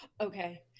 okay